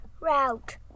route